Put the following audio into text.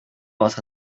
was